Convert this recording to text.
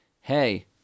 hey